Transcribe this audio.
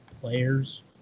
players